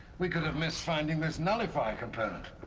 we could have missed finding this nullifier component.